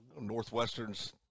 Northwestern's